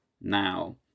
now